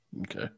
okay